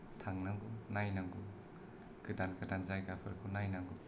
थांनांगौ नायनांगौ गोदान गोदान जायगाफोरखौ नायनांगौ